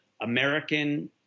American